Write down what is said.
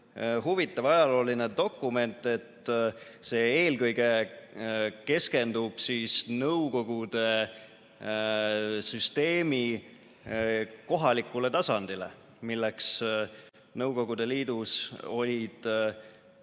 huvitav ajalooline dokument, et see eelkõige keskendub nõukogude süsteemi kohalikule tasandile, milleks Nõukogude Liidus olid